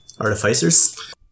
Artificers